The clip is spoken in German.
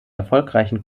erfolgreichen